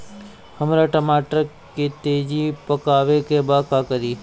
हमरा टमाटर के तेजी से पकावे के बा का करि?